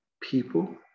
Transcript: people